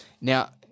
Now